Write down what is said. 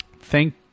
thank